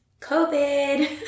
COVID